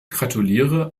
gratuliere